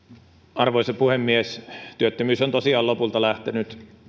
arvoisa puhemies työttömyys on tosiaan lopulta lähtenyt